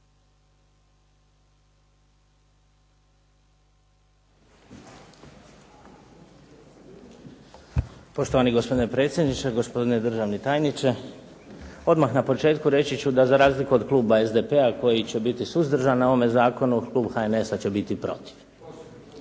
Poštovani gospodine predsjedniče, gospodine državni tajniče. Odmah na početku reći ću da za razliku od kluba SDP-a koji će biti suzdržan na ovome zakonu, klub HNS-a …/Zbog